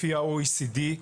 לפי ה-OECD,